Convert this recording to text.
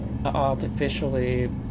artificially